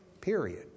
Period